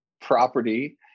property